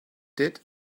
did